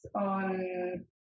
on